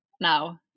now